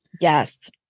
Yes